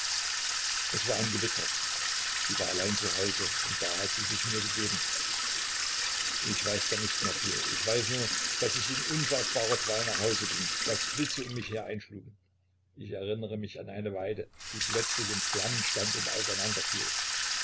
es war ein gewitter sie war allein zu hause und da hat sie sich mir gegeben ich weiß dann nicht mehr viel ich weiß nur daß ich in unsagbarer qual nach hause ging daß blitze um mich her einschlugen ich erinnere mich an eine weide die plötzlich in flammen stand und